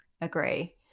Agree